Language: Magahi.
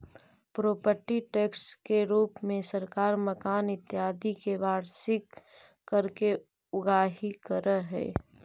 प्रोपर्टी टैक्स के रूप में सरकार मकान इत्यादि पर वार्षिक कर के उगाही करऽ हई